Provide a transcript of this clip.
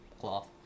cloth